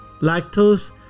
lactose